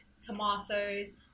tomatoes